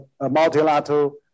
multilateral